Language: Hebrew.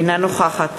אינה נוכחת